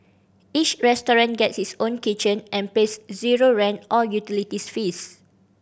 each restaurant gets its own kitchen and pays zero rent or utility fees